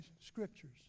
Scriptures